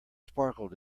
sparkled